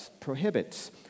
prohibits